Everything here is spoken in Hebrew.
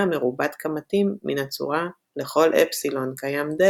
מרובת כמתים מן הצורה "לכל ε קיים δ